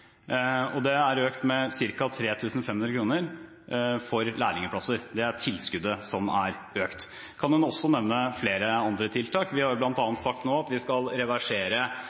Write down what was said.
Det er økt med ca. 3 500 kr for lærlingplasser – det er tilskuddet som er økt. Jeg kan også nevne flere andre tiltak.